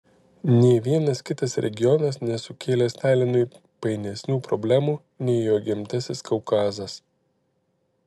nė vienas kitas regionas nesukėlė stalinui painesnių problemų nei jo gimtasis kaukazas